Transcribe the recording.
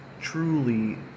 truly